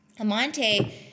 Amante